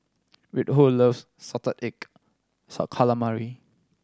Reinhold loves salted egg calamari